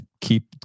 keep